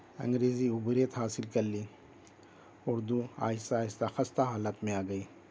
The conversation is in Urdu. انگریزی عبوریت حاصل کر لی اردو آہستہ آہستہ خستہ حالت میں آ گئی